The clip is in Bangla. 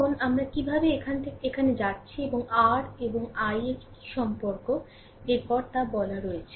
এখন আর আমরা কীভাবে এখান থেকে এখানে যাচ্ছি এবং r আর i এর কী সম্পর্কটি তা এরপর বলা আছে